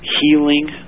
healing